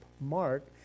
mark